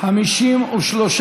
להביע אי-אמון בממשלה לא נתקבלה.